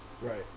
right